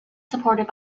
supported